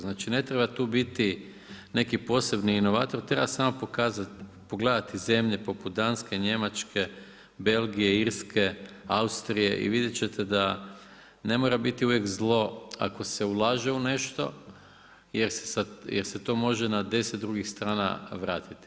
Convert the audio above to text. Znači ne treba tu biti neki posebni inovator, treba samo pokazati, pogledati zemlje poput Danske, Njemačke, Belgije, Irske, Austrije i vidjet ćete da ne mora biti uvijek zlo ako se ulaže u nešto jer se to može na deset drugih strana vratiti.